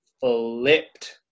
flipped